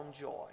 joy